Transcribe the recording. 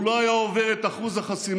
הוא לא היה עובר את אחוז החסימה,